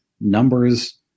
numbers